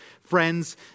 friends